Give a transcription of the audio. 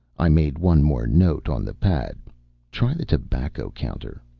i made one more note on the pad try the tobacco counter,